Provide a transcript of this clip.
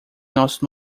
nosso